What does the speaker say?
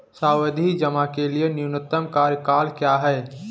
सावधि जमा के लिए न्यूनतम कार्यकाल क्या है?